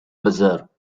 bazaar